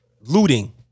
Looting